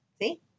See